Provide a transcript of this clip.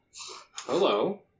Hello